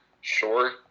Sure